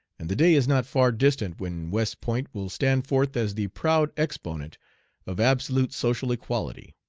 and the day is not far distant when west point will stand forth as the proud exponent of absolute social equality.